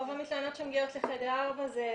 רוב המתלוננות שמגיעות לחדר 4 זה --- לא,